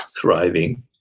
thriving